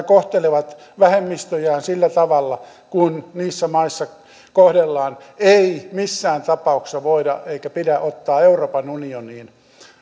kohtelevat vähemmistöjään sillä tavalla kuin niissä maissa kohdellaan ei missään tapauksessa voida eikä pidä ottaa euroopan unioniin